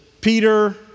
Peter